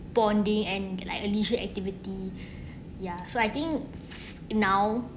bonding and like a leisure activity ya so I think now